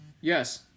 yes